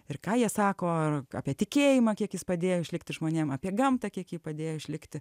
ir ką jie sako ar apie tikėjimą kiek jis padėjo išlikti žmonėm apie gamtą kiek ji padėjo išlikti